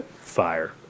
fire